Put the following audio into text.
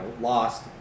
Lost